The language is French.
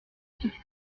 fixer